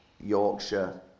Yorkshire